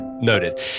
Noted